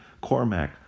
Cormac